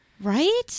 Right